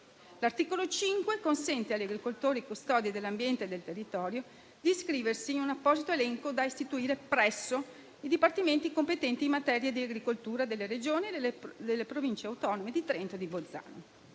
L'articolo 5 consente agli agricoltori custodi dell'ambiente e del territorio di iscriversi in un apposito elenco da istituire presso i dipartimenti competenti in materia di agricoltura delle Regioni e delle Province autonome di Trento e Bolzano.